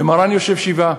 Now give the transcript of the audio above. ומרן יושב שבעה.